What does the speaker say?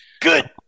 Good